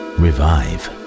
revive